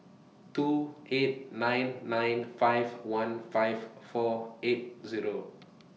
two eight nine nine five one five four eight Zero